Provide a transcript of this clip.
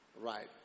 Right